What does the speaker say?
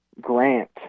Grant